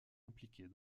impliquées